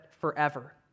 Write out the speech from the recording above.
forever